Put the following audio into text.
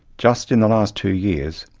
just in the last two years,